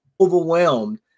overwhelmed